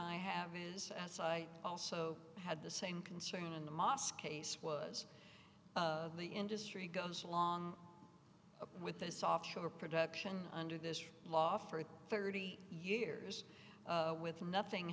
i have is as i also had the same concern in the mosque case was of the industry goes along with the software production under this law for thirty years with nothing